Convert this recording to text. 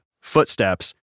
footsteps